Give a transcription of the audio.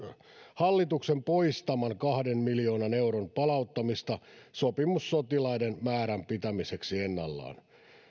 hallituksen poistaman kahden miljoonan euron palauttamista sopimussotilaiden määrän pitämiseksi ennallaan